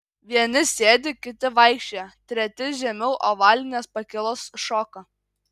vieni sėdi kiti vaikščioja treti žemiau ovalinės pakylos šoka